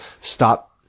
Stop